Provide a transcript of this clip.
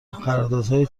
قراردادهای